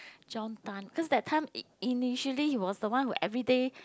John-Tan cause that time i~ initially he was the one who everyday